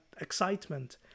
excitement